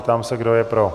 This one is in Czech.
Ptám se, kdo je pro.